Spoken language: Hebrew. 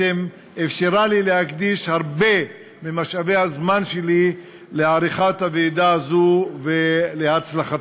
שאפשרה לי להקדיש הרבה ממשאבי הזמן שלי לעריכת הוועידה הזאת ולהצלחתה.